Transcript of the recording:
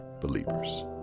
believers